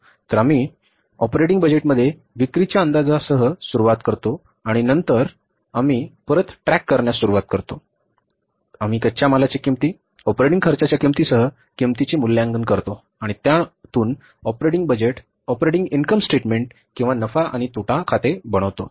तर आम्ही ऑपरेटिंग बजेटमध्ये विक्रीच्या अंदाजासह सुरुवात करतो आणि नंतर आम्ही परत ट्रॅक करण्यास सुरवात करतो आणि नंतर आम्ही कच्च्या मालाच्या किंमती ऑपरेटिंग खर्चाच्या किंमतीसह किंमतीचे मूल्यांकन करतो आणि त्यातून operating budget operating income statement किंवा नफा आणि तोटा खाते बनवतो